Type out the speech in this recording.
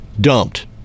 dumped